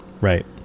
right